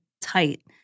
tight